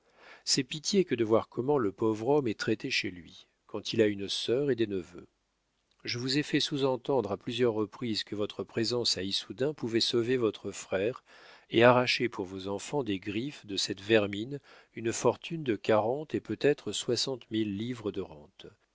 c'est pitié que de voir comment le pauvre homme est traité chez lui quand il a une sœur et des neveux je vous ai fait sous entendre à plusieurs reprises que votre présence à issoudun pouvait sauver votre frère et arracher pour vos enfants des griffes de cette vermine une fortune de quarante et peut-être soixante mille livres de rente